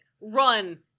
run